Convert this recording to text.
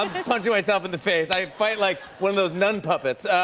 um be punching myself in the face. i fight like one of those nun puppets.